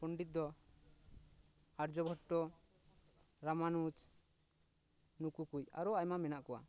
ᱯᱚᱸᱰᱤᱛ ᱫᱚ ᱟᱨᱡᱽᱵᱦᱚᱴᱴᱚ ᱨᱟᱢᱟᱱᱩᱡ ᱱᱩᱠᱩ ᱠᱩᱡ ᱟᱨᱚ ᱟᱭᱢᱟ ᱢᱮᱱᱟᱜ ᱠᱚᱣᱟ